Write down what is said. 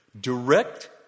direct